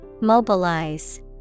Mobilize